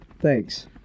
Thanks